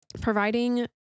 providing